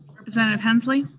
representative hensley?